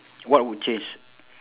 what would change